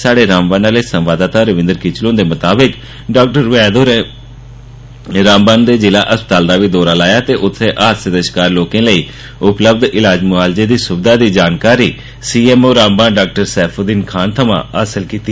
स्हाड़े रामबन आहले संवाददाता रविन्द्र किचलू हुन्दे मताबक डॉ वैद्य होरे रामबन दे ज़िला अस्पताल दा बी दौरा लाया ते उत्थै हादसे दे शिकार लोके लेई उपलब्य ईलाज़ मुआलजे दी सुविधा दी जानकारी सीएमओ रामबन डॉ सैफुद्ददीन खान थमां हासल कीती